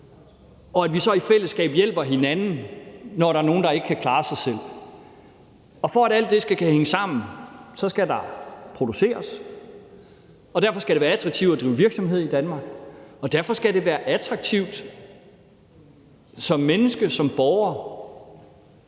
og et fællesskab, hvor vi hjælper hinanden, når der er nogen, der ikke kan klare sig selv. Og for at alt det skal kunne hænge sammen, skal der produceres, og derfor skal det være attraktivt at drive virksomhed i Danmark, og derfor skal det være attraktivt som menneske og som borger